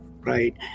right